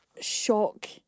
shock